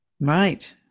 Right